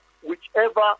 whichever